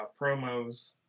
promos